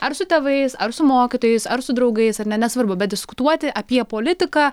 ar su tėvais ar su mokytojais ar su draugais ar ne nesvarbu bet diskutuoti apie politiką